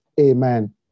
Amen